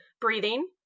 breathing